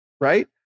right